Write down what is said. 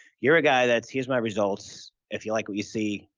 you're a guy that's here's my results. if you like what you see,